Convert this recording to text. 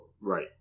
Right